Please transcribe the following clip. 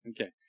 Okay